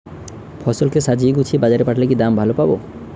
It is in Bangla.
ফসল কে সাজিয়ে গুছিয়ে বাজারে পাঠালে কি দাম ভালো পাব?